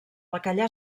bacallà